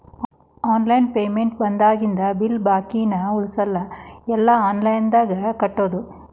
online payment ಬಂದಾಗಿಂದ bill ಬಾಕಿನ ಉಳಸಲ್ಲ ಎಲ್ಲಾ ಆನ್ಲೈನ್ದಾಗ ಕಟ್ಟೋದು